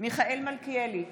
מיכאל מלכיאלי,